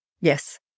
Yes